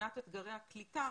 ומבחינת אתגרי הקליטה,